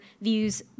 views